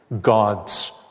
God's